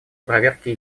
проверки